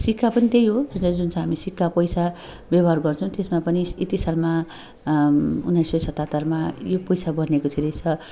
सिक्का पनि त्यही हो र जुन छ हामी सिक्का पैसा व्यवहार गर्छौँ त्यसमा पनि यति सालमा उन्नाइस सौ सतहत्तरमा यो पैसा बनिएको थियो रहेछ